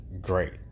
great